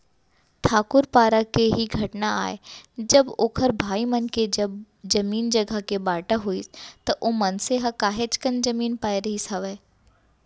ठाकूर पारा के ही घटना आय जब ओखर भाई मन के जब जमीन जघा के बाँटा होइस त ओ मनसे ह काहेच कन जमीन पाय रहिस हावय